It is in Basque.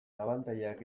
abantailak